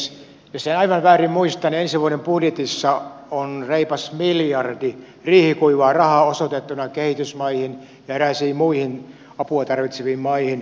jos en aivan väärin muista niin ensi vuoden budjetissa on reipas miljardi riihikuivaa rahaa osoitettuna kehitysmaihin ja eräisiin muihin apua tarvitseviin maihin